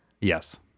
Yes